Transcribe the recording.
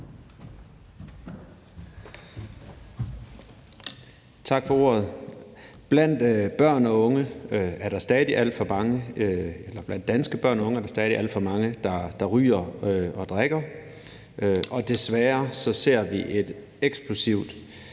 Tak for ordet. Blandt danske børn af unge er der stadig alt for mange, der ryger og drikker, og desværre ser vi en eksplosiv